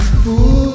fool